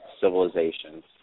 civilizations